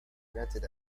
granted